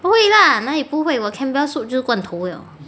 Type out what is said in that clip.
会啦哪里不会我 Campbell soup 就是罐头了